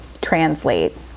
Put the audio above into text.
translate